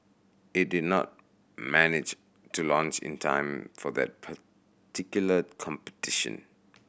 it did not manage to launch in time for that particular competition